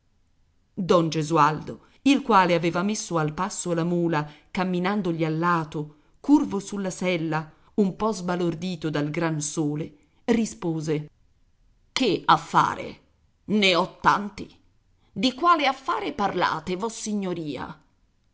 don gesualdo il quale aveva messo al passo la mula camminandogli allato curvo sulla sella un po sbalordito dal gran sole rispose che affare ne ho tanti di quale affare parlate vossignoria